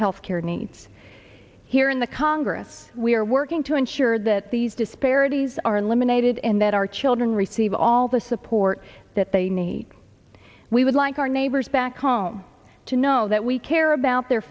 healthcare needs here in the congress we are working to ensure that these disparities are limited in that our children receive all the support that they need we would like our neighbors back home to know that we care about their